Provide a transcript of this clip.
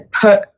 put